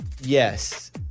Yes